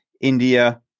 India